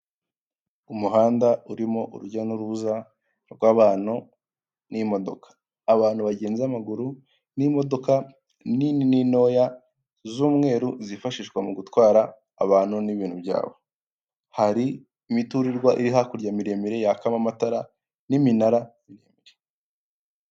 Umuhanda urimo urujya n'uruza rw'abantu n'imodoka, abantu bagenza amaguru n'imodoka inini ni ntoya z'umweru zifashishwa mu gutwara abantu n'ibintu byabo, hari imiturirwa iri hakurya miremire yakamo amatara n'iminara miremire.